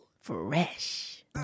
Fresh